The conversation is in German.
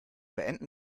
beenden